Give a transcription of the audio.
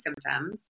symptoms